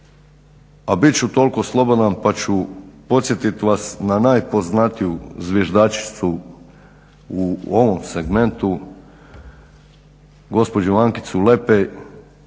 a bit ću toliko slobodan pa ću podsjetit vas na najpoznatiju zviždačicu u ovom segmentu, gospođu Ankicu Lepej